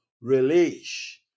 release